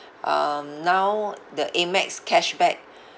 um now the Amex cashback